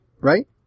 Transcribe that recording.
right